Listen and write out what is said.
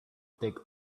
take